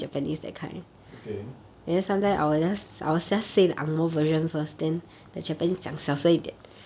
okay